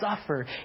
suffer